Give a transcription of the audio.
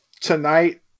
tonight